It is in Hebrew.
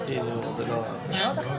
יפעת,